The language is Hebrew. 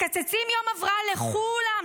מקצצים יום הבראה לכולם,